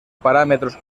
parámetros